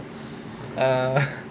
err